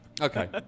Okay